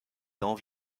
ans